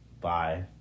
bye